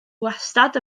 wastad